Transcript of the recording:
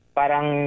parang